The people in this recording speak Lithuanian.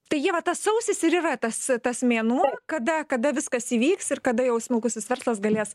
tai ieva tas sausis ir yra tas tas mėnuo kada kada viskas įvyks ir kada jau smulkusis verslas galės